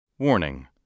Warning